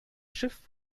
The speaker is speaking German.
schiff